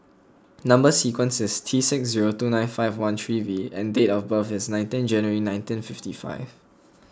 Number Sequence is T six zero two nine five one three V and date of birth is nineteenth January nineteen fifty five